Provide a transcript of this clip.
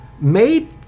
made